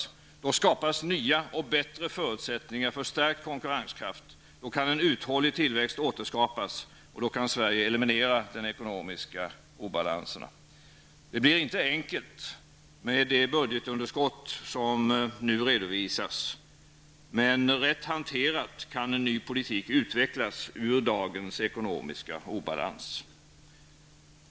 På detta sätt skapas nya och bättre förutsättningar för en stärkt konkurrenskraft. Då kan en uthållig tillväxt återskapas, och då kan Sverige eliminera de ekonomiska obalanserna. Det blir inte enkelt med det budgetunderskott som nu redovisas, men rätt hanterat kan en ny politik utvecklas ur dagens ekonomiska obalans.